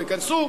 לא ייכנסו,